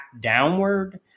downward